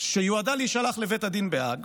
שיועדה להישלח לבית הדין בהאג